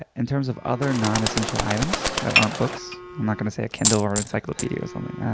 in terms of other non essential items that aren't books, i'm not going to say a kindle or an encyclopedia or something.